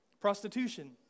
Prostitution